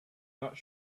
not